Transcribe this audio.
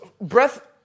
breath